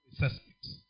suspects